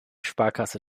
sparkasse